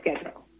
schedule